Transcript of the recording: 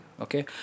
okay